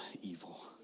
evil